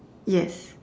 yes